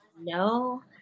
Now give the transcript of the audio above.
no